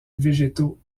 végétaux